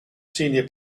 senior